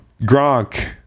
Gronk